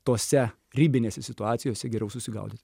tose ribinėse situacijose geriau susigaudyt